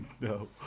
No